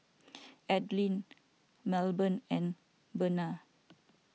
Adline Melbourne and Bena